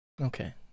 Okay